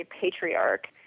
patriarch